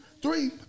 Three